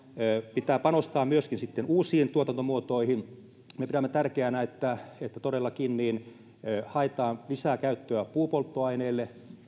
pitää panostaa myöskin sitten uusiin tuotantomuotoihin me pidämme tärkeänä että että todellakin haetaan lisää käyttöä puupolttoaineelle ja